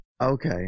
Okay